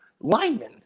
linemen